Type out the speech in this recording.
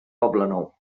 poblenou